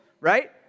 right